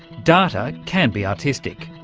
data can be artistic.